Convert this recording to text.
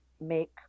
make